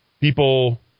People